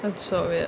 that's so weird